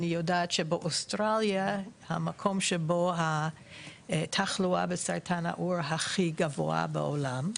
אני יודעת שבאוסטרליה המקום שבו התחלואה בסרטן העור הכי גבוהה בעולם,